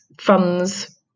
funds